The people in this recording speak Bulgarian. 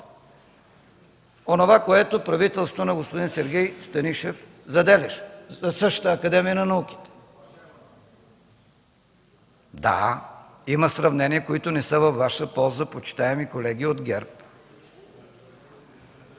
онова, което правителството на господин Сергей Станишев заделяше за същата Академия на науките. (Реплика от ГЕРБ.) Да, има сравнения, които не са във Ваша полза, почитаеми колеги от ГЕРБ.